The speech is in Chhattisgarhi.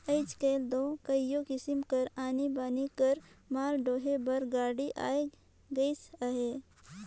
आएज काएल दो कइयो किसिम कर आनी बानी कर माल डोहे बर गाड़ी आए गइस अहे